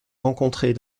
rencontrées